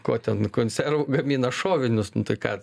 ko ten konserv gamina šovinius nu tai ką